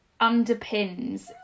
underpins